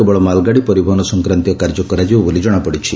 କେବଳ ମାଲଗାଡ଼ି ପରିବହନ ସଂକ୍ରାନ୍ତୀୟ କାର୍ଯ୍ୟ କରାଯିବ ବୋଲି ଜଣାପଡିଛି